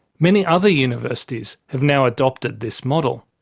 many other universities have now adopted this model.